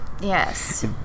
Yes